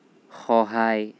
সহায়